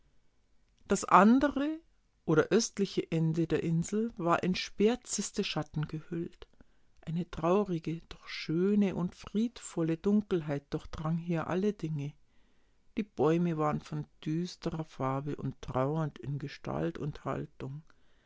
das andre oder östliche ende der insel war in schwärzeste schatten gehüllt eine traurige doch schöne und friedvolle dunkelheit durchdrang hier alle dinge die bäume waren von düsterer farbe und trauernd in gestalt und haltung